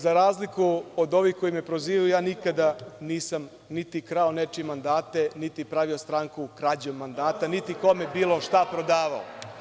Za razliku od ovih koji me prozivaju, ja nikada nisam niti krao nečije mandate, niti pravio stranku krađom mandata, niti kome bilo šta prodavao.